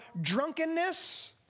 drunkenness